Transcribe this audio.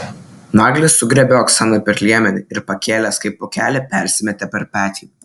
naglis sugriebė oksaną per liemenį ir pakėlęs kaip pūkelį persimetė per petį